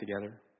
together